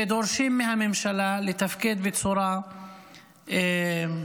ודורשים מהממשלה לתפקד בצורה ראויה,